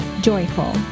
Joyful